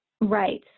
Right